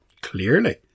Clearly